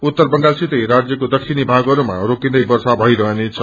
उत्तर बंगालसितै राज्यक्रो दक्षिणी भोगहरूमा रोकिदै वर्षा भईरहनेछ